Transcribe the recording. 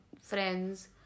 friends